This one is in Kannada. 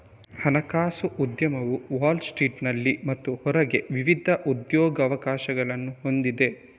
ಹಣಕಾಸು ಉದ್ಯಮವು ವಾಲ್ ಸ್ಟ್ರೀಟಿನಲ್ಲಿ ಮತ್ತು ಹೊರಗೆ ವಿವಿಧ ಉದ್ಯೋಗಾವಕಾಶಗಳನ್ನು ಹೊಂದಿದೆ